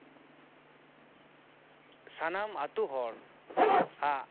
ᱥᱟᱱᱟᱢ ᱟᱹᱛᱩ ᱦᱚᱲ ᱟᱜ